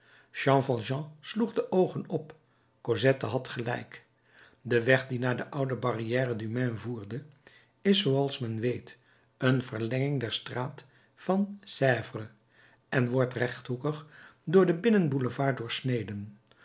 sloeg de oogen op cosette had gelijk de weg die naar de oude barrière du maine voert is zooals men weet een verlenging der straat van sèvres en wordt rechthoekig door den binnen boulevard doorsneden